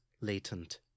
latent